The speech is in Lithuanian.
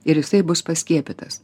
ir jisai bus paskiepytas